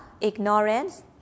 ignorance